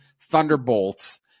Thunderbolts